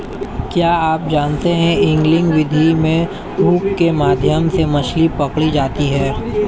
क्या आप जानते है एंगलिंग विधि में हुक के माध्यम से मछली पकड़ी जाती है